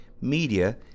Media